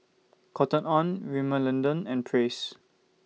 Cotton on Rimmel London and Praise